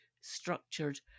structured